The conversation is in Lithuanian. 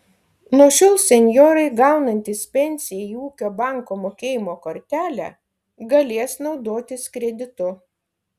nuo šiol senjorai gaunantys pensiją į ūkio banko mokėjimo kortelę galės naudotis kreditu